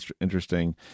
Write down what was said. interesting